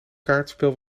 kaartspel